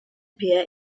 via